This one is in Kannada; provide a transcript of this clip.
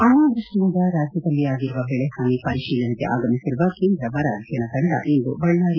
ಅನಾವೃಷ್ಟಿಯಿಂದ ರಾಜ್ಯದಲ್ಲಿ ಆಗಿರುವ ಬೆಳೆಯಾನಿ ಪರಿತೀಲನೆಗೆ ಆಗಮಿಸಿರುವ ಕೇಂದ್ರ ಬರ ಅಧ್ಯಯನ ತಂಡ ಇಂದು ಬಳ್ಳಾರಿ